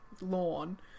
lawn